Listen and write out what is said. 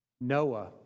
Noah